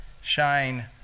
shine